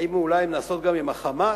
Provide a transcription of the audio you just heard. אולי הן נעשות גם עם ה"חמאס".